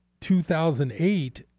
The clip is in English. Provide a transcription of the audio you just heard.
2008